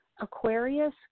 Aquarius